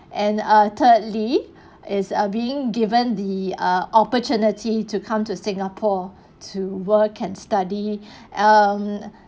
and uh thirdly is uh being given the ah opportunity to come to singapore to work and study um